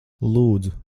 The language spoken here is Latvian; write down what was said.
lūdzu